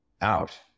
out